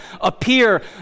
appear